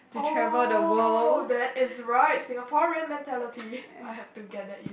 oh that is right Singaporean mentality I have to get that in